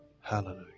Hallelujah